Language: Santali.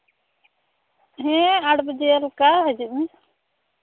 ᱦᱮᱸ ᱟᱴ ᱵᱟᱡᱮ ᱞᱮᱠᱟ ᱦᱤᱡᱩᱜ ᱢᱮ